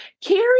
carrie